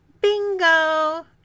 Bingo